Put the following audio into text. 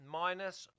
minus